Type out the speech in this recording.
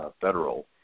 federal